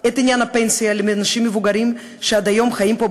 את עניין הפנסיה לאנשים מבוגרים שעד היום חיים פה,